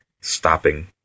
stopping